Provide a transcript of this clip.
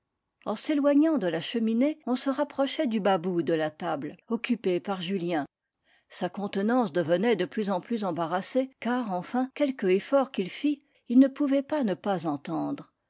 en s'éloignant de la cheminée on se rapprochait du bas bout de la table occupé par julien sa contenance devenait de plus en plus embarrassée car enfin quelque effort qu'il fît il ne pouvait pas ne pas entendre